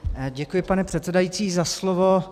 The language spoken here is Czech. Děkuji, pane předsedající, za slovo.